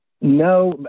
no